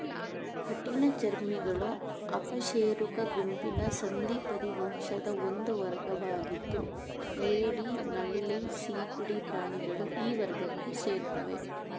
ಕಠಿಣ ಚರ್ಮಿಗಳು ಅಕಶೇರುಕ ಗುಂಪಿನ ಸಂಧಿಪದಿ ವಂಶದ ಒಂದು ವರ್ಗವಾಗಿದ್ದು ಏಡಿ ನಳ್ಳಿ ಸೀಗಡಿ ಪ್ರಾಣಿಗಳು ಈ ವರ್ಗಕ್ಕೆ ಸೇರ್ತವೆ